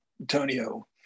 Antonio